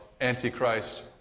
Antichrist